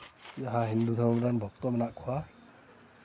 ᱡᱟᱦᱟᱸᱭ ᱦᱤᱱᱫᱩ ᱫᱷᱚᱨᱚᱢ ᱨᱮᱱ ᱵᱷᱚᱠᱛᱚ ᱢᱮᱱᱟᱜ ᱠᱚᱣᱟ